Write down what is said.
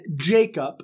Jacob